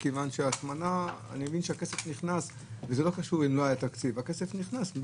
כי אני מבין שהכסף נכנס מהיטל ההטמנה.